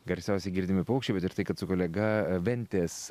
garsiausiai girdimi paukščiai bet ir tai kad su kolega ventės